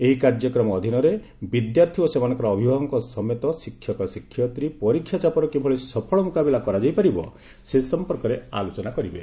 ଏହି କାର୍ଯ୍ୟକ୍ରମ ଅଧୀନରେ ବିଦ୍ୟାର୍ଥୀ ଓ ସେମାନଙ୍କର ଅଭିଭାବକଙ୍କ ସମେତ ଶିକ୍ଷକ ଶିକ୍ଷୟିତ୍ରୀ ସହ ପରୀକ୍ଷା ଚାପର କିଭଳି ସଫଳ ମୁକାବିଲା କରାଯାଇପାରିବ ସେ ସମ୍ପର୍କରେ ଆଲୋଚନା କରିବେ